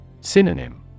Synonym